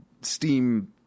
Steam